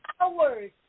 hours